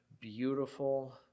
beautiful